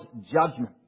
judgment